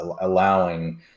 allowing